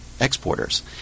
exporters